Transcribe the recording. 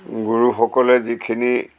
গুৰুসকলে যিখিনি